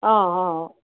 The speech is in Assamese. অঁ অঁ